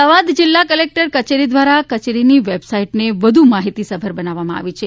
અમદાવાદ જિલ્લા કલેકટર કચેરી દ્વારા કચેરીની વેબસાઇટને વધુ માહિતીસભર બનાવવામાં આવી છે